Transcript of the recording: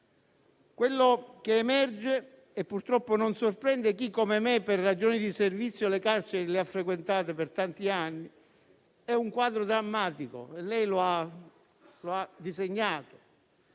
Quello che emerge, e purtroppo non sorprende chi, come me, per ragioni di servizio, le carceri le ha frequentate per tanti anni, è un quadro drammatico, e lei lo ha disegnato: